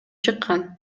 чыккан